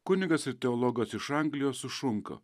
kunigas ir teologas iš anglijos sušunka